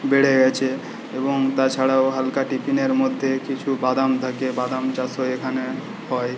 খুব বেড়ে গেছে এবং তাছাড়াও হালকা টিফিনের মধ্যে কিছু বাদাম থাকে বাদাম চাষও এখানে হয়